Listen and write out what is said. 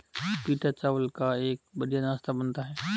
पीटा चावल का एक बढ़िया नाश्ता बनता है